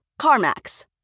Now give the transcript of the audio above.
CarMax